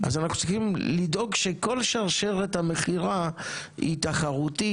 אנחנו צריכים לדאוג שכל שרשרת המכירה היא תחרותית,